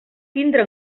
tindre